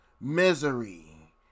misery